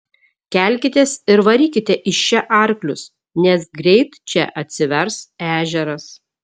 kelkitės ir varykite iš čia arklius nes greit čia atsivers ežeras